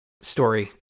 story